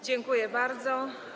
Dziękuję bardzo.